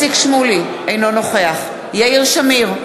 אינו נוכח יאיר שמיר,